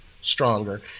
stronger